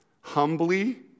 Humbly